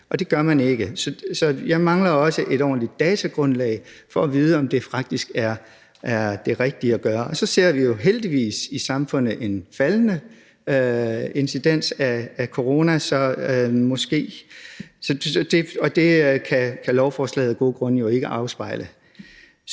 og det gør man ikke. Så jeg mangler også et ordentligt datagrundlag for at vide, om det faktisk er det rigtige at gøre her. Så ser vi jo heldigvis i samfundet en faldende incidens af corona, og det kan lovforslaget af gode grunde jo ikke afspejle.